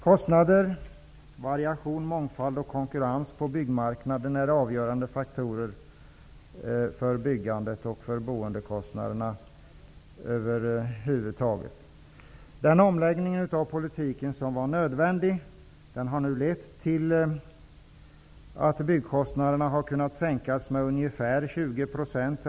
Kostnader, variation, mångfald och konkurrens på byggmarknaden är avgörande faktorer för byggandet och för boendekostnaderna över huvud taget. Den omläggning av politiken som var nödvändig har nu lett till att byggkostnaderna har kunnat sänkas med ungefär 20 %.